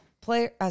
player